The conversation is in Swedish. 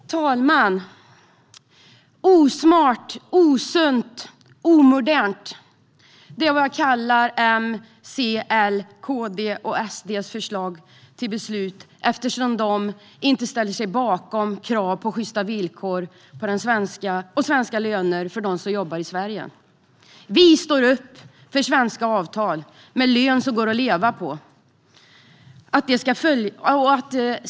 Herr talman! Osmart, osunt och omodernt är vad jag kallar Moderaternas, Centerns, Liberalernas, Kristdemokraternas och Sverigedemokraternas förslag till beslut, eftersom de inte ställer sig bakom krav på sjysta villkor och svenska löner för dem som jobbar i Sverige. Vi står upp för svenska avtal som innebär löner som går att leva på.